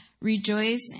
rejoice